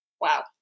Wow